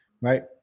right